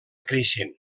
creixent